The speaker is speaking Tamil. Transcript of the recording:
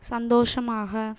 சந்தோஷமாக